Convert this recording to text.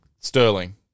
Sterling